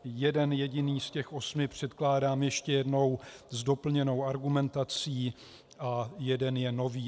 Jeden jediný z těch osmi předkládám ještě jednou s doplněnou argumentací a jeden je nový.